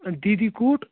دِی دِی کوٹ